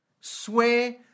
swear